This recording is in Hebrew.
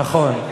נכון.